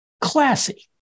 classy